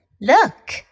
Look